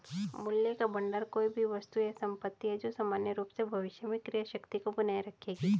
मूल्य का भंडार कोई भी वस्तु या संपत्ति है जो सामान्य रूप से भविष्य में क्रय शक्ति को बनाए रखेगी